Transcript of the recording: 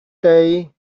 day